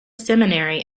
seminary